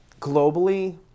globally